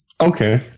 Okay